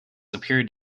appeared